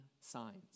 signs